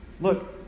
Look